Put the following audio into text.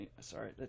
Sorry